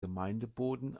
gemeindeboden